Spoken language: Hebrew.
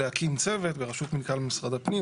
להקים צוות ברשות מנכ"ל משרד הפנים.